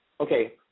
Okay